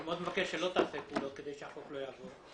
אני מאוד מבקש שלא תעשה פעולות כדי שהחוק לא יעבור.